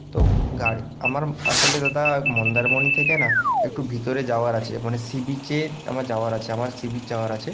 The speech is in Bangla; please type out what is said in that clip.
তো গাড়ি আমার আসলে দাদা মন্দারমণিতে থেকে না একটু ভিতরে যাওয়ার আছে মানে সি বিচে আমার যাওয়ার আছে আমার সি বিচ যাওয়ার আছে